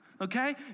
okay